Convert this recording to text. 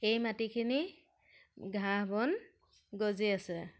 এই মাটিখিনি ঘাঁহ বন গজি আছে